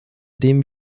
dem